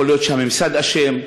יכול להיות שהממסד אשם,